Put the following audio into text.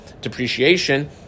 depreciation